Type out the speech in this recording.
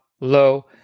low